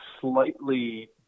slightly